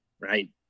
right